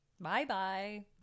Bye-bye